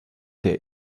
der